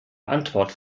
antwort